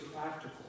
practical